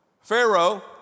Pharaoh